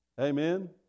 Amen